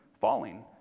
falling